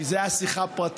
כי זו הייתה שיחה פרטית,